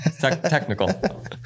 Technical